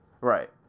right